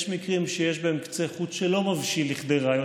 יש מקרים שיש בהם קצה חוט שלא מבשיל לכדי ראיות